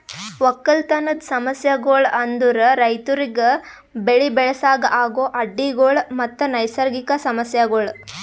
ಒಕ್ಕಲತನದ್ ಸಮಸ್ಯಗೊಳ್ ಅಂದುರ್ ರೈತುರಿಗ್ ಬೆಳಿ ಬೆಳಸಾಗ್ ಆಗೋ ಅಡ್ಡಿ ಗೊಳ್ ಮತ್ತ ನೈಸರ್ಗಿಕ ಸಮಸ್ಯಗೊಳ್